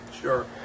Sure